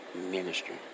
ministry